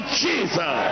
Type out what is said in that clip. jesus